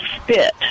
spit